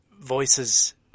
voices